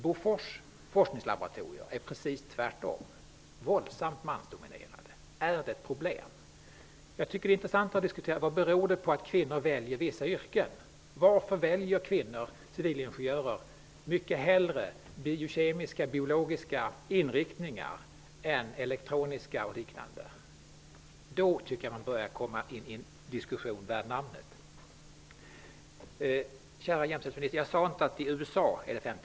Bofors forskningslaboratorier är precis tvärtom, dvs. våldsamt mansdominerade. Är det ett problem? Jag tycker att det är intressant att diskutera vad det beror på att kvinnor väljer olika yrken. Varför väljer kvinnliga civilingenjörer mycket hellre biokemiska eller biologiska inriktningar än elektroniska eller liknande? Då tycker jag att man kommer in i en diskussion värd namnet. Kära jämställdhetsminister. Jag sade inte att det är 50--50 i USA.